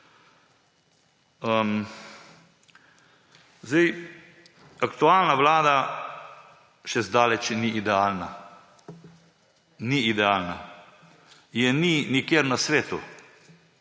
Aktualna vlada še zdaleč ni idealna. Ni idealna. Je ni nikjer na svetu.